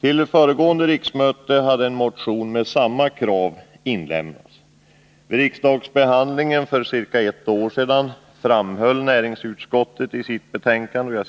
Till föregående riksmöte hade en motion med samma krav inlämnats. Vid riksdagsbehandlingen för ca ett år sedan framhöll näringsutskottet i sitt betänkande: